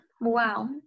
Wow